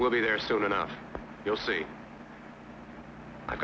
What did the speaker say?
will be there soon enough you'll see i